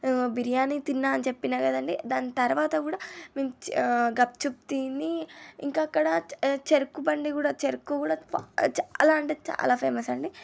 బిర్యానీ తిన్నా అని చెప్పినా కదండి దాని తర్వాత కూడా మేము చ గప్చుప్ తిని ఇంకా అక్కడ చ చెరుకు బండి కూడా చెరుకు కూడా చాలా అంటే చాలా ఫేమస్ అండి